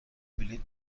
بلیط